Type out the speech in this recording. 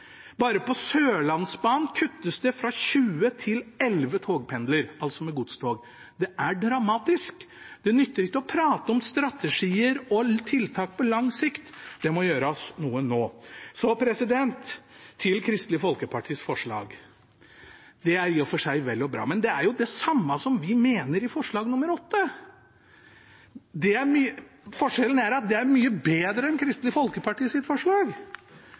Bare på Sørlandsbanen kuttes det fra 20 til 11 togpendler, altså med godstog. Det er dramatisk. Det nytter ikke å prate om strategier og tiltak på lang sikt. Det må gjøres noe nå. Så til Kristelig Folkepartis forslag: Det er i og for seg vel og bra, men det er jo det samme som vi mener i forslag nr. 8. Forskjellen er at det er mye bedre enn Kristelig Folkepartis forslag.